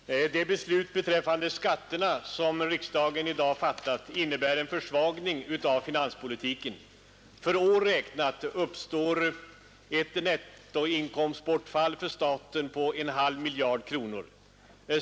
Herr talman! De beslut beträffande skatterna som riksdagen i dag fattat innebär en försvagning av finanspolitiken. För år räknat uppstår ett nettoinkomstbortfall för staten på en halv miljard kronor.